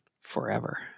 forever